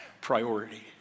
priority